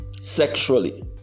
sexually